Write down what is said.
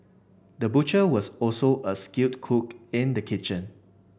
the butcher was also a skilled cook in the kitchen